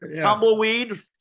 Tumbleweed